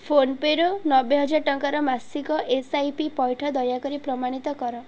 ଫୋନ୍ପେରୁ ନବେହଜାର ଟଙ୍କାର ମାସିକ ଏସ ଆଇ ପି ପଇଠ ଦୟାକରି ପ୍ରମାଣିତ କର